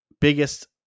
biggest